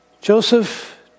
Joseph